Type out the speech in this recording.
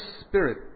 spirit